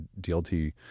DLT